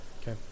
Okay